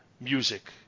music